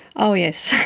oh yes.